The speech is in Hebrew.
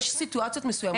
יש סיטואציות מסוימות,